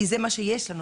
כי זה מה שיש לנו.